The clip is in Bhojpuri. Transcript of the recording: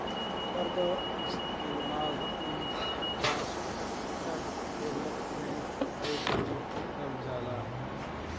कर क इस्तेमाल इंफ्रास्ट्रक्चर डेवलपमेंट करे खातिर करल जाला